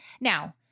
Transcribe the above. Now